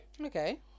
Okay